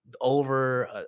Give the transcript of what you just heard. over